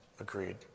Agreed